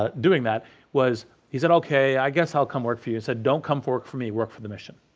um doing that was he said okay i guess i'll come work for you. you said, don't come work for me, work for the mission.